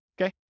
Okay